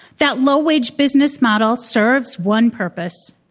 that low wage business model serves one purpose.